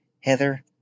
Heather